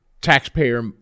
taxpayer